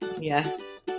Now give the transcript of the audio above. yes